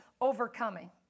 overcoming